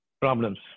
problems